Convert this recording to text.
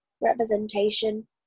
representation